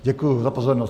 Děkuji za pozornost.